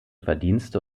verdienste